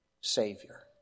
Savior